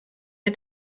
der